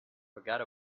forgot